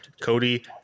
Cody